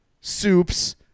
soups